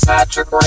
Patrick